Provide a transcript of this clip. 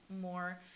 more